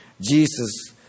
Jesus